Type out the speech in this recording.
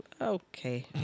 Okay